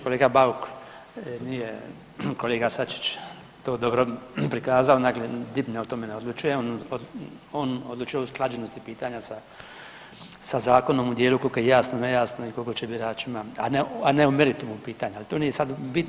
Kolega Bauk nije kolega Sačić to dobro prikazao, dakle DIP o tome ne odlučuje, on odlučuje o usklađenosti pitanja sa zakonom u dijelu koliko jasno, nejasno i koliko će biračima, a ne o meritumu pitanja jel to nije sada bitno.